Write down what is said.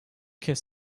kez